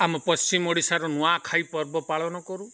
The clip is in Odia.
ଆମ ପଶ୍ଚିମ ଓଡ଼ିଶାର ନୂଆଖାଇ ପର୍ବ ପାଳନ କରୁ